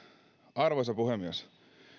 arvoisa puhemies